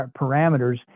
parameters